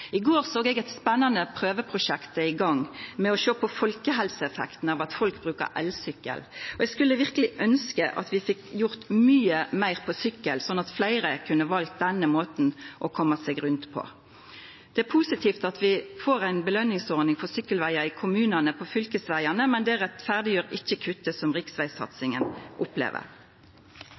I går såg eg at det er eit spennande prøveprosjekt i gang med å sjå på folkehelseeffekten av at folk bruker elsykkel. Eg skulle verkeleg ønskja at vi fekk gjort mykje meir på sykkel, sånn at fleire kunna ha vald denne måten å koma seg rundt på. Det er positivt at vi får ei belønningsordning for sykkelvegar i kommunane på fylkesvegane, men det rettferdiggjer ikkje kuttet som riksvegsatsinga opplever.